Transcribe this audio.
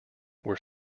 were